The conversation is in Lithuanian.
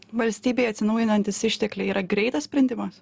valstybei atsinaujinantys ištekliai yra greitas sprendimas